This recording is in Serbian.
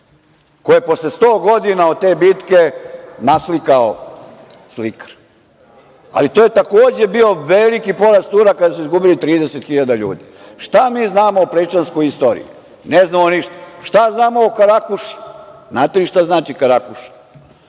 koje je 100 godina posle te bitke naslikao slikar? To je takođe bio veliki poraz Turaka jer su izgubili 30.000 ljudi. Šta mi znamo o prečanskoj istoriji? Ne znamo ništa. Šta znamo o karakuši? Znate li šta znači karakuša?